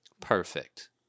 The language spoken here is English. perfect